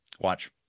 Watch